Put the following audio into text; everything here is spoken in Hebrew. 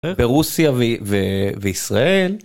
ברוסיה ו.. וישראל.